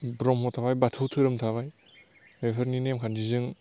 ब्रह्म थाबाय बाथौ धोरोम थाबाय बेफोरनि नेमखान्थिजों